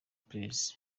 perez